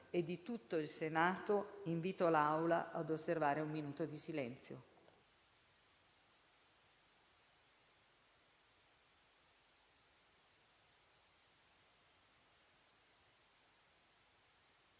e di tutto il Senato, invito l'Aula a osservare un minuto di silenzio.